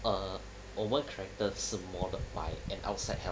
err 我们 character 是 modelled by an outside help